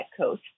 coach